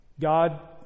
God